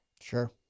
Sure